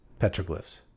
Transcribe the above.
petroglyphs